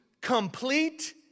complete